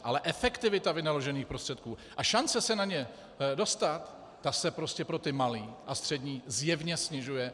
Ale efektivita vynaložených prostředků a šance se na ně dostat, se prostě pro ty malé a střední zjevně snižuje.